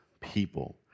people